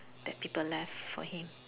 that people left for him